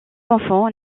enfants